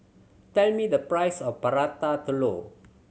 tell me the price of Prata Telur